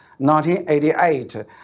1988